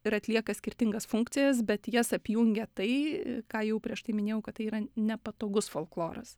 ir atlieka skirtingas funkcijas bet jas apjungia tai ką jau prieš tai minėjau kad tai yra nepatogus folkloras